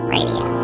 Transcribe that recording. Radio